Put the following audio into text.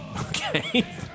Okay